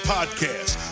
Podcast